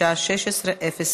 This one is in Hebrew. בשעה 16:00.